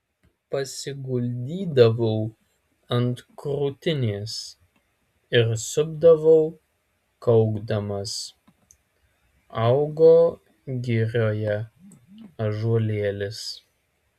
pasiguldydavau ant krūtinės ir supdavau kaukdamas augo girioje ąžuolėlis